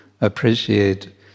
appreciate